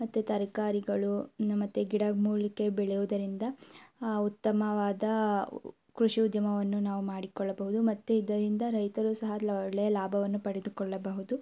ಮತ್ತು ತರಕಾರಿಗಳು ಮತ್ತು ಗಿಡಮೂಲಿಕೆ ಬೆಳೆಯುದರಿಂದ ಉತ್ತಮವಾದ ಕೃಷಿ ಉದ್ಯಮವನ್ನು ನಾವು ಮಾಡಿಕೊಳ್ಳಬಹುದು ಮತ್ತು ಇದರಿಂದ ರೈತರು ಸಹ ಲಾ ಒಳ್ಳೆಯ ಲಾಭವನ್ನು ಪಡೆದುಕೊಳ್ಳಬಹುದು